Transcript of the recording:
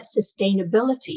sustainability